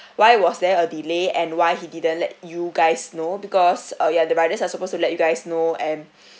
why was there a delay and why he didn't let you guys know because uh you're the rider you're supposed to let you guys know and